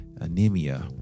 anemia